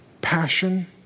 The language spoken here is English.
Passion